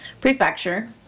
Prefecture